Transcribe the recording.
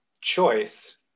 choice